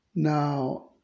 Now